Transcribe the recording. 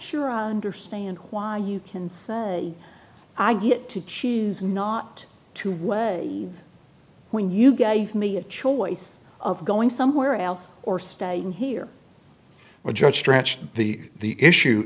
sure i understand why you can say i get to choose not to worry when you gave me a choice of going somewhere else or staying here or just stretch the the issue